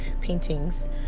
paintings